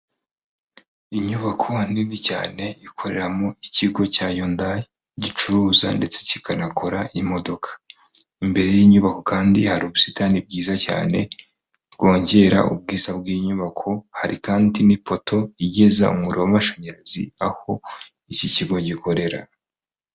Inyubako nini cyane ikoreramo ikigo cya Yundayi gicuruza ndetse kikanakora imodoka, imbere y'inyubako kandi hari ubusitani bwiza cyane bwongera ubwiza bw'inyubako, hari kandi n'ipoto igeza umuriro w'amashanyarazi aho iki kigo gikorera.